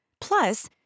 Plus